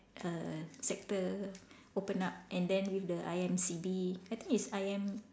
err sector open up and then with the I_M_C_B I think it's I M